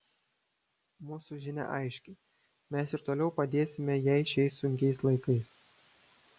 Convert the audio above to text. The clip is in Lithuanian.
mūsų žinia aiški mes ir toliau padėsime jai šiais sunkiais laikais